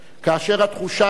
כאשר התחושה היא